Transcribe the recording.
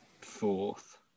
fourth